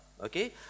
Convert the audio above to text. okay